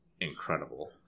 incredible